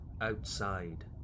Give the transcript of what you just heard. outside